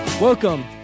Welcome